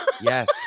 Yes